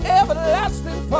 everlasting